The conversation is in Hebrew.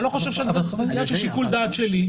זה לא עניין של שיקול דעת שלי,